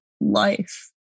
life